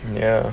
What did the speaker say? ya